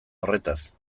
horretaz